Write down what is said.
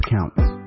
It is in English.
Counts